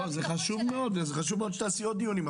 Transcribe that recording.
חשוב שתעשי עוד דיונים,